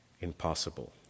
impossible